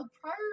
prior